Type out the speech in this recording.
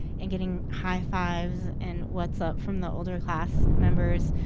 and getting high fives and what's up from the older class members.